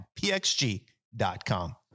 PXG.com